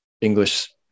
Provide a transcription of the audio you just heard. English